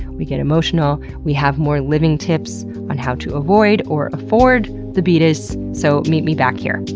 we get emotional, we have more living tips on how to avoid or afford the beetus, so meet me back here. and